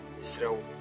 Israel